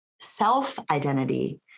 self-identity